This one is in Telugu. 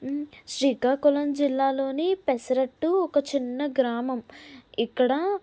శ్రీకాకుళం జిల్లాలోని పెసరట్టు ఒక చిన్న గ్రామం ఇక్కడ